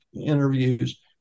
interviews